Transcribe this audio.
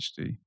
HD